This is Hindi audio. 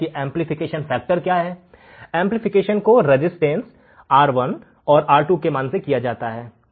और एमप्लीफिकेशन फैक्टर क्या है एमप्लीफिकेशन को रेजिस्टेंस R1 और R2 के मान से किया जाता है